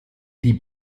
die